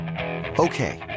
Okay